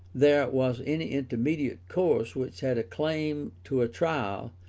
there was any intermediate course which had a claim to a trial,